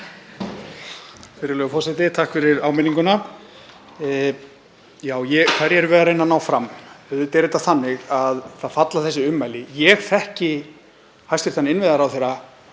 Virðulegur forseti. Takk fyrir áminninguna. Já, hverju erum við að reyna að ná fram? Auðvitað er þetta þannig að það falla þessi ummæli. Ég þekki hæstv. innviðaráðherra